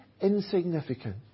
insignificant